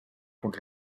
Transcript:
contre